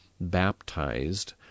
baptized